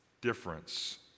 difference